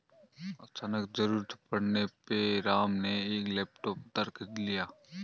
अचानक ज़रूरत पड़ने पे राम ने एक लैपटॉप उधार खरीद लिया